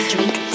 Drink